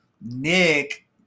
nick